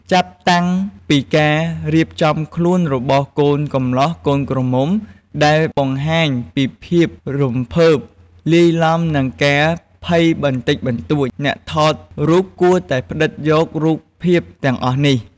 ចាប់តាំងពីការរៀបចំខ្លួនរបស់កូនកំលោះកូនក្រមុំ ដែលបង្ហាញពីភាពរំភើប លាយឡំនឹងការភ័យបន្តិចបន្តួច អ្នកថតរូបគួរតែផ្តិតយករូបភាពទាំងអស់នេះ។